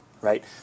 right